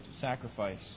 sacrifice